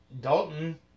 Dalton